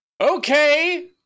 Okay